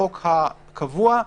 בחוק הקבוע,